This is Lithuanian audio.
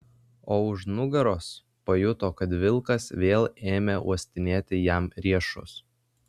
o už nugaros pajuto kad vilkas vėl ėmė uostinėti jam riešus